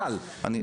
חבל,